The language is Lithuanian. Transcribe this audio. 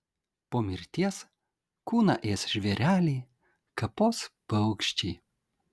po mirties kūną ės žvėreliai kapos paukščiai